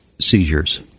seizures